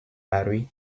mary